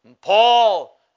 Paul